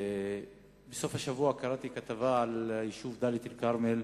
בסוף השבוע קראתי כתבה על היישוב דאלית-אל-כרמל,